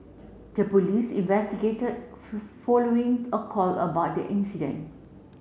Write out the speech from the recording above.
the police investigated following a call about the incident